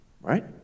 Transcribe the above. Right